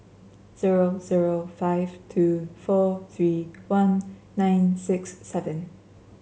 zero zero five two four three one nine six seven